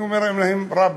אני אומר להם: רבאק,